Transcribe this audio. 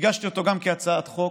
הגשתי אותו גם כהצעת חוק,